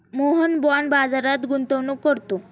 Mohan bond बाजारात गुंतवणूक करतो